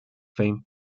fame